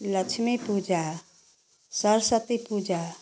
Lakshmi Puja Saraswati Puja